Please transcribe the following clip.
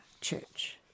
church